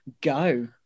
Go